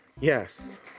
Yes